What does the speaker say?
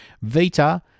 Vita